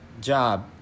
Job